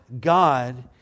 God